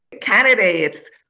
Candidates